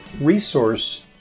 resource